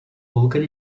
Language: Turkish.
bulgar